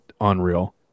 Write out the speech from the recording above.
unreal